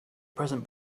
present